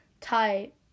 type